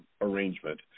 arrangement